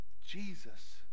Jesus